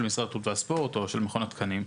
משרד התרבות והספורט או של מכון התקנים,